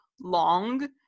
long